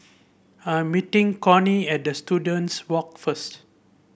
I'm meeting Cornie at the Students Walk first